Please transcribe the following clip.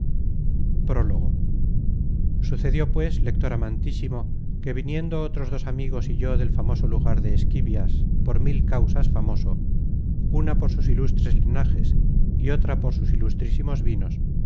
prologo sucedió pues lector amantísimo que viniendo otros dos amigos y yo del famoso lugar de esquivias por mil causas famoso una por sus ilustres linajes y otra por sus ilustrísimos vinos